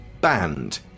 banned